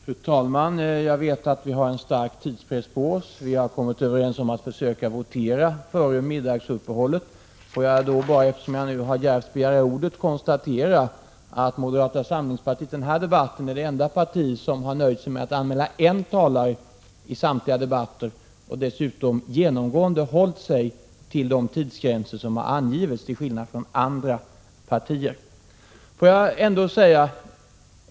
Fru talman! Jag vet att vi har en stark tidspress på oss — vi har kommit överens om att försöka votera före middagsuppehållet. Låt mig då bara, eftersom jag har djärvts begära ordet, konstatera att moderata samlingspartiet är det enda parti som har nöjt sig med att anmäla en talare till samtliga debatter i det här ärendet. Moderata samlingspartiet har dessutom, till skillnad från andra partier, genomgående hållit sig inom de tidsgränser som har angivits.